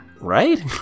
Right